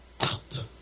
out